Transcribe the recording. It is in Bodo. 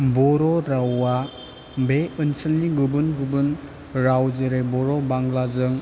बर' रावा बे ओनसोलनि गुबुन गुबुन राव जेरै बर' बांला जों